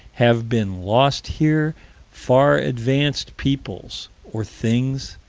have been lost here far-advanced peoples, or things,